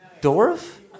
Dorf